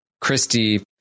Christy